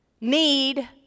need